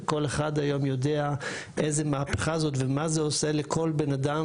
וכל אחד היום יודע איזה מהפכה זאת ומה זה עושה לכל בן אדם